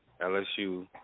LSU